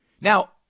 Now